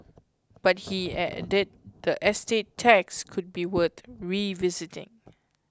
but he added that estate tax could be worth revisiting